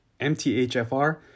MTHFR